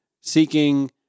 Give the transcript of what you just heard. seeking